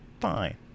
fine